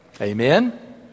Amen